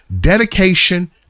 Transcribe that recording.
dedication